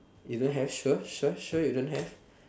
you don't have sure sure sure sure you don't have